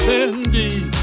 indeed